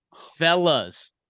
Fellas